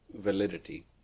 validity